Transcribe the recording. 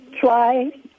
try